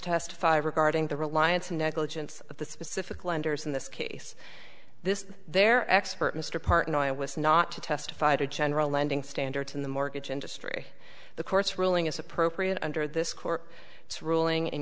testify regarding the reliance on negligence of the specific lenders in this case this their expert mr partnoy was not to testify to general lending standards in the mortgage industry the court's ruling is appropriate under this court it's ruling in